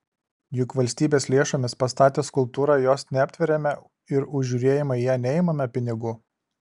juk valstybės lėšomis pastatę skulptūrą jos neaptveriame ir už žiūrėjimą į ją neimame pinigų